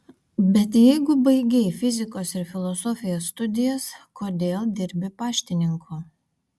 bet jeigu baigei fizikos ir filosofijos studijas kodėl dirbi paštininku